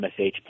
MSH